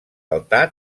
altar